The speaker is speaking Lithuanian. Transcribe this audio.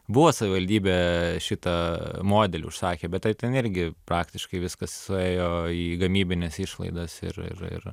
buvo savivaldybė šitą modelį užsakė bet tai ten irgi praktiškai viskas suėjo į gamybines išlaidas ir ir